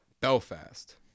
Belfast